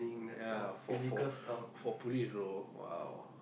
ya for for for police role !wow!